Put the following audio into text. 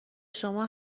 شما